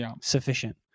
sufficient